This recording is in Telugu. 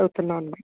చూస్తున్నాం అండి